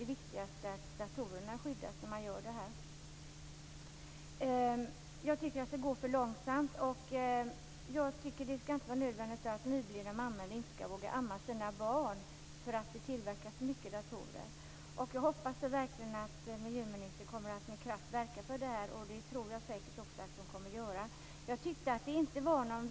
Det viktigaste är alltså att datorerna skyddas. Jag tycker att det går för långsamt. Det skall inte vara nödvändigt att nyblivna mammor inte vågar amma sina barn på grund av att det tillverkas så mycket datorer. Jag hoppas verkligen att miljöministern med kraft kommer att verka för det här. Det tror jag också att hon kommer att göra.